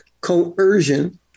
coercion